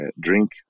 drink